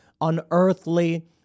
unearthly